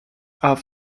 have